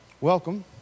Welcome